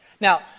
Now